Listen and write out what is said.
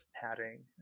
padding